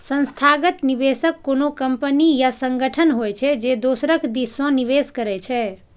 संस्थागत निवेशक कोनो कंपनी या संगठन होइ छै, जे दोसरक दिस सं निवेश करै छै